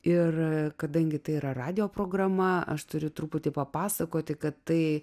ir kadangi tai yra radijo programa aš turiu truputį papasakoti kad tai